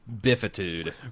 biffitude